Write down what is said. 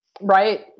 Right